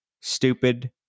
stupid